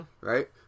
Right